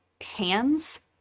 hands